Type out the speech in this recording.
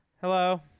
Hello